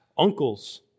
uncles